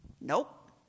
nope